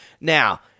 Now